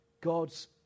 God's